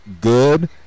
good